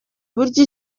uburyo